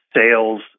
sales